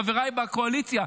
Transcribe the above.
חבריי בקואליציה,